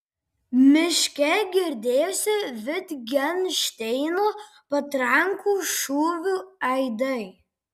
miške girdėjosi vitgenšteino patrankų šūvių aidai